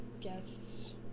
guess